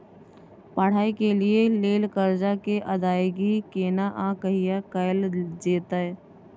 पढै के लिए लेल कर्जा के अदायगी केना आ कहिया कैल जेतै?